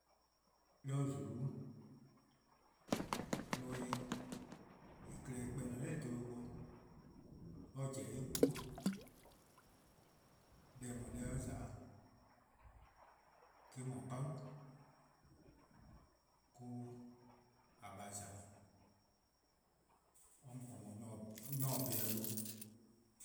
'De :zulu-' neme, deh-a klehkpeh :en :ne-a dha 'bluhba ken, or pobo: 'de en 'klu-' dih, deh :eh no-a deh or :za-a 'de, eh-: 'dhu pabu'-', mo-: :a :baa' :za 'de. or :mor nyor-bholuh